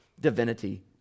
divinity